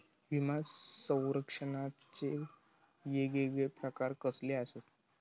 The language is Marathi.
विमा सौरक्षणाचे येगयेगळे प्रकार कसले आसत?